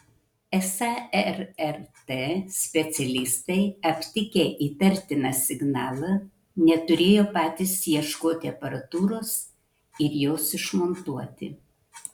esą rrt specialistai aptikę įtartiną signalą neturėjo patys ieškoti aparatūros ir jos išmontuoti